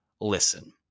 Listen